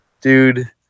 dude